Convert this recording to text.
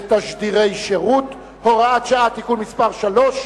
ותשדירי שירות) (הוראת שעה) (תיקון מס' 3),